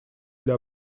для